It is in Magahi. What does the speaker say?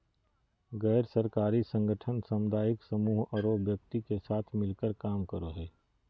गैर सरकारी संगठन सामुदायिक समूह औरो व्यक्ति के साथ मिलकर काम करो हइ